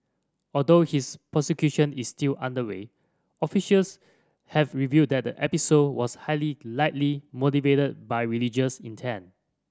although his prosecution is still underway officials have revealed that the episode was highly likely motivated by religious intent